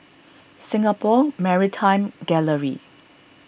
Singapore Maritime Gallery